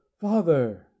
father